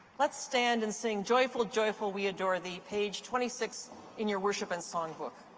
let's stand and sing joyful, joyful we adore thee, page twenty six in your worship and song book.